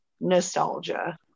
nostalgia